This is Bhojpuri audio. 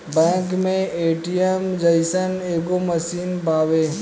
बैंक मे ए.टी.एम जइसन एगो मशीन बावे